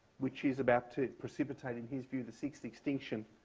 which is about to precipitate, in his view, the sixth extinction,